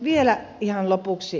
vielä ihan lopuksi